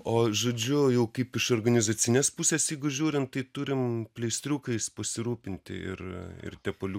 o žodžiu jau kaip iš organizacinės pusės jeigu žiūrint tai turim pleistriukais pasirūpinti ir ir tepuliuku